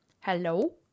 Hello